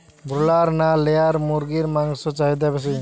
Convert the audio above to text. Broiler না layer মুরগির মাংসর চাহিদা বেশি?